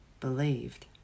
believed